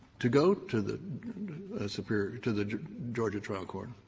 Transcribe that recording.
to go to the superior to the georgia trial court.